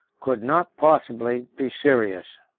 could not possibly be serious.